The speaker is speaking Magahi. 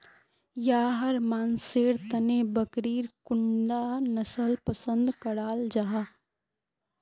याहर मानसेर तने बकरीर कुंडा नसल पसंद कराल जाहा?